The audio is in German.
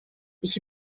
ich